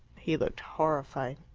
he looked horrified.